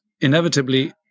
inevitably